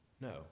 No